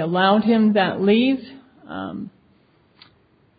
allowed him that leaves